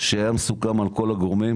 שהיה מסוכם על כל הגורמים